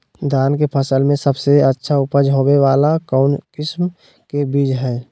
धान के फसल में सबसे अच्छा उपज होबे वाला कौन किस्म के बीज हय?